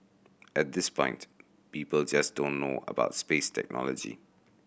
at this point people just don't know about space technology